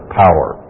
power